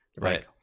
Right